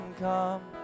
Come